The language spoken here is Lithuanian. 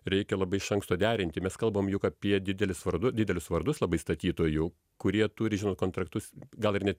reikia labai iš anksto derinti mes kalbam juk apie didelis vardu didelius vardus labai statytojų kurie turi kontraktus gal ir net